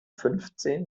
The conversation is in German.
fünfzehn